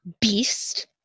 Beast